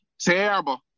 terrible